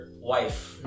wife